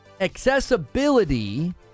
Accessibility